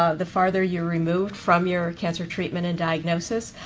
ah the farther you're removed from your cancer treatment and diagnosis,